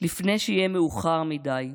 לפני שיהיה מאוחר מדי,